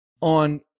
on